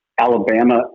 Alabama